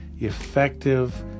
effective